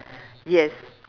yes